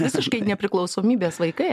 visiškai nepriklausomybės vaikai